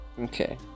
Okay